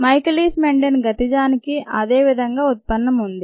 Michaelis Menten గతిజానికి అదే విధంగా ఉత్పన్నం ఉంది